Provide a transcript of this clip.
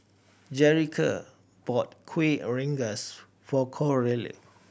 Jerrica bought Kueh Rengas for Coralie